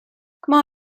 come